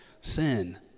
sin